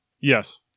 Yes